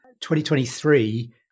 2023